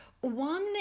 One